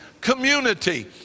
community